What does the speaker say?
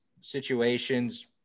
situations